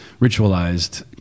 ritualized